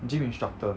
gym instructor